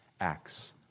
acts